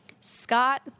Scott